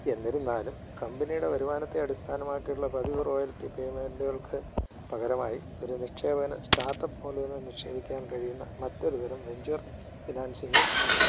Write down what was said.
എന്നിരുന്നാലും കമ്പനിയുടെ വരുമാനത്തെ അടിസ്ഥാനമാക്കിയുള്ള പതിവ് റോയൽറ്റി പേയ്മെൻറ്റുകൾക്ക് പകരമായി ഒരു നിക്ഷേപകന് സ്റ്റാർട്ടപ്പ് മൂലധനം നിക്ഷേപിക്കാൻ കഴിയുന്ന മറ്റൊരു തരം വെൻച്വർ ഫിനാൻസിംഗും ഉണ്ട്